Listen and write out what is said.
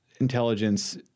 intelligence